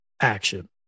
action